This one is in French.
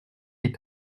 est